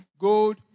Gold